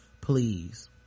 please